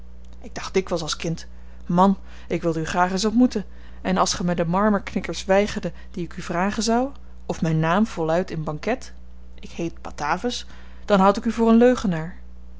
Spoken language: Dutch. ik dacht dikwyls als kind man ik wilde u graag eens ontmoeten en als ge my de marmerknikkers weigerde die ik u vragen zou of myn naam voluit in banket ik heet batavus dan houd ik u voor een leugenaar